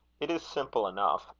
it is simple enough.